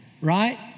right